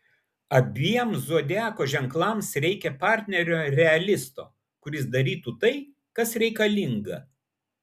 abiem zodiako ženklams reikia partnerio realisto kuris darytų tai kas reikalinga